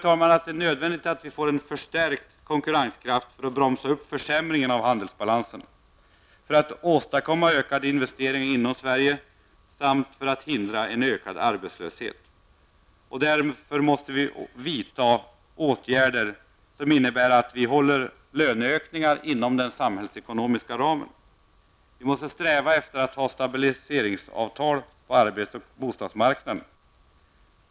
Jag tror att det är nödvändigt att vi får en förstärkt konkurrenskraft för att bromsa upp försämringen av handelsbalansen, för att åstadkomma ökade investeringar inom Sverige samt för att hindra en ökad arbetslöshet. Därför måste vi vidta åtgärder som innebär att löneökningarna hålls inom den samhällsekonomiska ramen. Vi måste sträva efter stabiliseringsavtal på arbets och bostadsmarknaden.